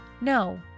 No